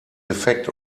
defekt